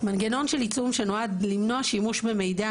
בין מנגנון של עיצום שנועד למנוע שימוש במידע